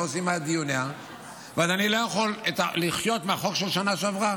ואני לא יכול לחיות מהחוק של שנה שעברה,